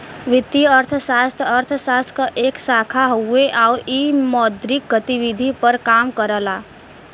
वित्तीय अर्थशास्त्र अर्थशास्त्र क एक शाखा हउवे आउर इ मौद्रिक गतिविधि पर काम करला